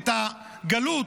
את הגלות?